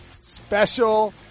special